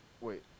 Wait